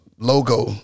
Logo